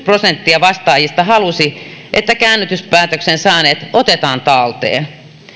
prosenttia vastaajista halusi että käännytyspäätöksen saaneet otetaan talteen